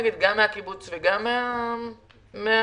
גם מהקיבוץ וגם מהמדינה?